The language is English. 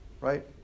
Right